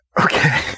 Okay